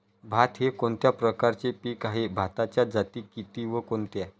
भात हे कोणत्या प्रकारचे पीक आहे? भाताच्या जाती किती व कोणत्या?